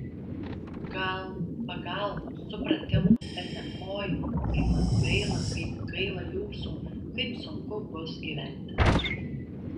gal pagalbos supratimo bet ne oi kaip man gaila kaip gaila jūsų kaip sunku bus gyventi